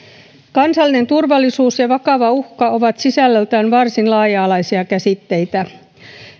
kansallinen turvallisuus ja vakava uhka ovat sisällöltään varsin laaja alaisia käsitteitä